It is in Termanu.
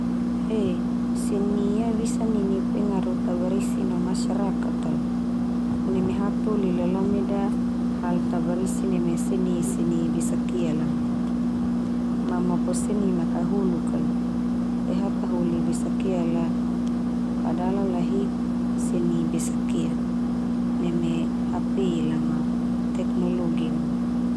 He, seni ia bisa nini pengaruh tabarisi no masyarakat al. Neme hatoli la lameda hal tabarisi neme seni-seni besakia la mai, ma mopo seni ma makahuluk al. Te hataholi besakia la kada ala lahik seni besakia, neme HP la ma teknologi la.